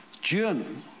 June